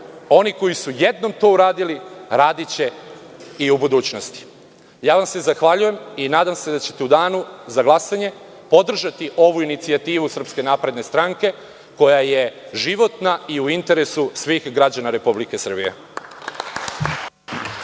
oni koji su jednom to uradili, radiće i u budućnosti. Ja vam se zahvaljujem i nadam se da ćete u Danu za glasanje podržati ovu inicijativu SNS koja je životna i u interesu svih građana Republike Srbije.